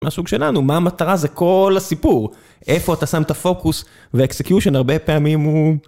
מהסוג שלנו, מה המטרה זה כל הסיפור. איפה אתה שם את הפוקוס והאקסקיושן הרבה פעמים הוא